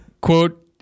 quote